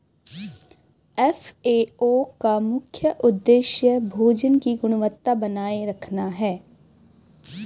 FAO का मुख्य उदेश्य भोजन की गुणवत्ता बनाए रखना है